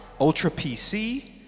ultra-PC